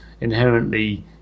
inherently